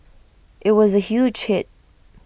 IT was A huge hit